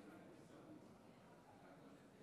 ההצבעה: בעד, שישה,